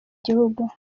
gihugu